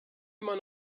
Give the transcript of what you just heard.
immer